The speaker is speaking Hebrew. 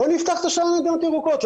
בואו נפתח את השערים למדינות ירוקות,